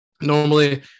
Normally